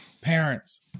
parents